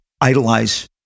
idolize